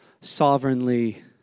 sovereignly